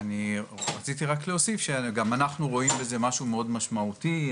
רציתי רק להוסיף שגם אנחנו רואים בזה משהו מאוד משמעותי.